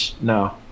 no